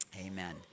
Amen